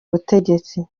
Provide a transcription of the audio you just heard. ubutegetsi